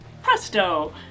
Presto